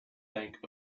bank